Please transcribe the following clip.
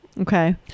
okay